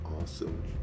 awesome